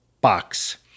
box